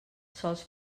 sols